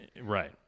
Right